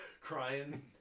crying